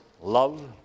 love